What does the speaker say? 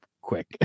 quick